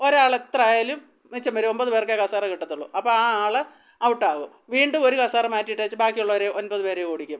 ഒരാൾ എത്രയായാലും മിച്ചം വരും ഒമ്പത് പേർക്കേ കസേര കിട്ടത്തുള്ളു അപ്പം ആ ആൾ ഔട്ടാവും വീണ്ടും ഒരു കസേര മാറ്റി ഇട്ടേച്ച് ബാക്കിയുള്ളവർ ഒൻപത് പേരെ ഓടിക്കും